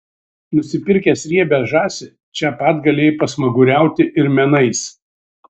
nusipirkęs riebią žąsį čia pat galėjai pasmaguriauti ir menais